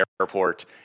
airport